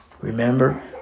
Remember